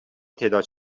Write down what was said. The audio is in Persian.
تعداد